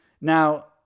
now